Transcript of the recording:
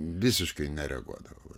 visiškai nereaguodavo